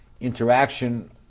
interaction